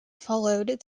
followed